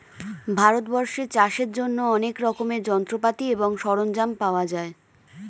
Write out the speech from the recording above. ভারতবর্ষে চাষের জন্য অনেক রকমের যন্ত্রপাতি এবং সরঞ্জাম পাওয়া যায়